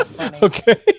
Okay